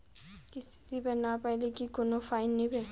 কিস্তি দিবার না পাইলে কি কোনো ফাইন নিবে?